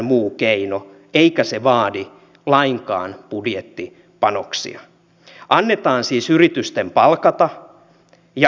mitä suunnitelmia hallituksella on siltä varalta jos ei synny siis tämmöistä laajamittaista työmarkkinaratkaisua pitkää matalapalkkaratkaisua ja jos ette saa pakkolakia läpi eduskunnassa sen vaihtoehtona